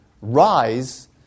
rise